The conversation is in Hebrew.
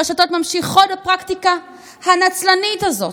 הרשתות ממשיכות בפרקטיקה הנצלנית הזאת.